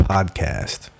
Podcast